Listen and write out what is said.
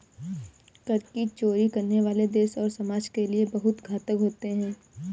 कर की चोरी करने वाले देश और समाज के लिए बहुत घातक होते हैं